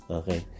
okay